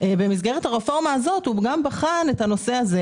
במסגרת הרפורמה הזאת הוא גם בחן את הנושא הזה.